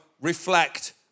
reflect